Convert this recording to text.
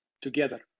together